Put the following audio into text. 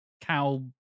cow